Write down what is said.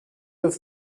have